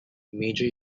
major